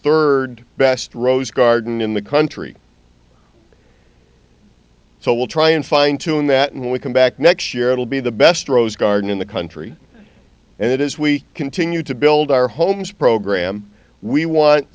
third best rose garden in the country so we'll try and fine tune that and when we come back next year it'll be the best rose garden in the country and it is we continue to build our homes program we want